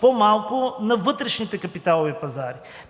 по-малко на вътрешните капиталови пазари.